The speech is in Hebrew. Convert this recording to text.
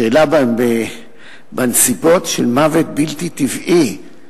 השאלה בנסיבות של מוות בלתי טבעי,